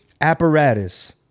apparatus